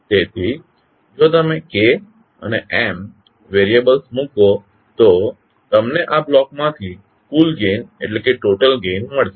તેથી જો તમે K અને M વેરીયબલ્સ મૂકો તો તમને આ બ્લોકમાંથી કુલ ગેઇન મળશે